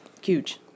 huge